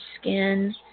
skin